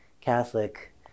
catholic